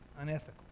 unethical